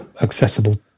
accessible